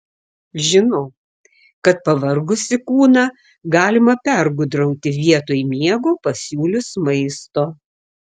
žinau kad pavargusį kūną galima pergudrauti vietoj miego pasiūlius maisto